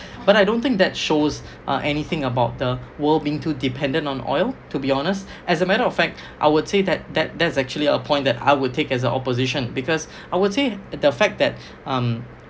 but I don't think that shows uh anything about the world being too dependent on oil to be honest as a matter of fact I would say that that that's actually a point that I would take as the opposition because I would say the the fact that um